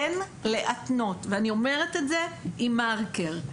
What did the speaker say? אין להתנות ואני אומרת את זה עם מרקר,